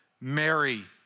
Mary